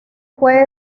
fue